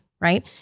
right